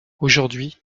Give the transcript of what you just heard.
aujourd’hui